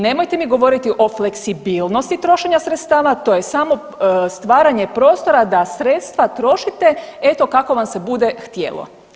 Nemojte mi govoriti o fleksibilnosti trošenja sredstava to je samo stvaranje prostora da sredstva trošite eto kako vam se bude htjelo.